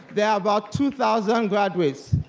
there are about two thousand graduates.